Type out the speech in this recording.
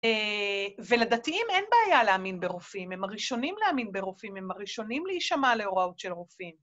אה..ולדתיים אין בעיה להאמין ברופאים, הם הראשונים להאמין ברופאים, הם הראשונים להישמע להוראות של רופאים.